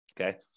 Okay